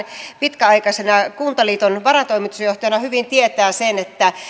pitkäaikaisena kuntaliiton varatoimitusjohtajana hyvin tietää sen